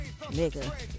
nigga